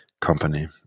company